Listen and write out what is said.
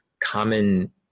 common